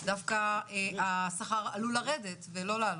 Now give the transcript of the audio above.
דווקא השכר עלול לרדת ולא לעלות.